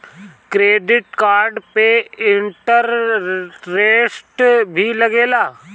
Credit card पे interest भी लागेला?